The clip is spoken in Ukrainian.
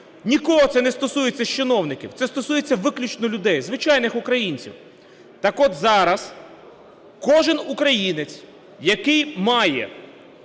нікого це не стосується з чиновників, це стосується виключно людей, звичайних українців. Так от зараз кожен українець, який має